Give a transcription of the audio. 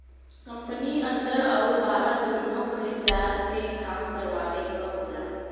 company अन्दर आउर बाहर दुन्नो खरीदार से काम करावे क होला